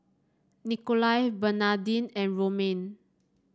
Nikolai Bernadine and Romaine